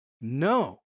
No